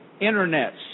internets